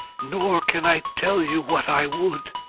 nor can i tell you what i would.